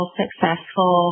successful